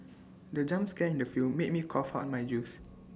the jump scare in the film made me cough out my juice